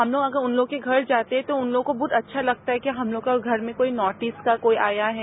हम लोग अगर उन लोगों के घर जाते है तो उन लोगों को बहुत अच्छा लगता है कि हम लोगों के घर में कोई नॉर्ष ईस्ट का आया है